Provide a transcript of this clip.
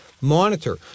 Monitor